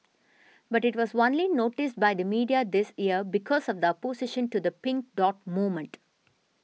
but it was only noticed by the media this year because of the opposition to the Pink Dot movement